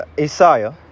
Isaiah